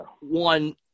one